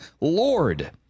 Lord